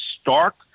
Stark